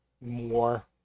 more